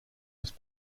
was